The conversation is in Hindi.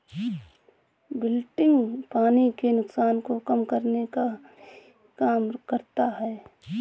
विल्टिंग पानी के नुकसान को कम करने का भी काम करता है